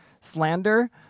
slander